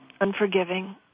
unforgiving